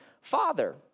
father